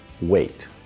wait